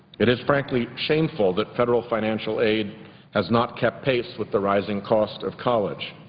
it is frankly shameful that federal financial aid has not kept pace with the rising cost of college.